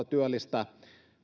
työllistä